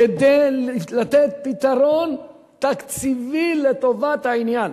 כדי לתת פתרון תקציבי לטובת העניין.